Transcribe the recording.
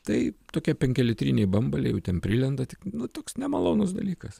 tai tokie penkialitriniai bambaliai jų ten prilenda tik nu toks nemalonus dalykas